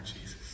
Jesus